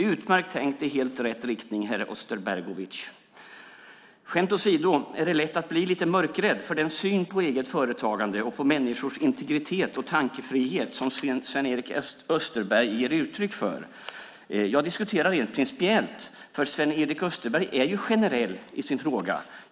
Utmärkt tänkt, det är i helt rätt riktning, herr Osterbergovitj! Skämt åsido, men det är lätt att bli lite mörkrädd inför den syn på eget företagande och på människors integritet och tankefrihet som Sven-Erik Österberg ger uttryck för. Jag diskuterar rent principiellt, eftersom Sven-Erik Österberg uttrycker sig generellt i sin fråga.